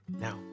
Now